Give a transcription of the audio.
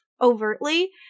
overtly